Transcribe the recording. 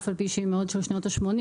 אף על פי שהיא מאוד של שנות השמונים,